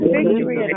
Victory